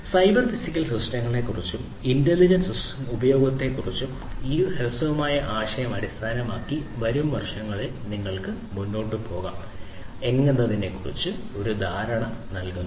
cyber physical സിസ്റ്റങ്ങളെക്കുറിച്ചും intelligent സെൻസറുകളുടെ ഉപയോഗത്തെക്കുറിച്ചും ഈ ഹ്രസ്വമായ ആശയം അടിസ്ഥാനപരമായി വരും വർഷങ്ങളിൽ നിങ്ങൾക്ക് എങ്ങനെ മുന്നോട്ട് പോകാം എന്നതിനെക്കുറിച്ച് ഒരു ധാരണ നൽകുന്നു